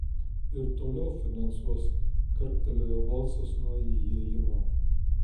ir toliau finansuos karktelėjo balsas nuo įėjimo